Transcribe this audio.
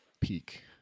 peak